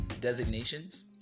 designations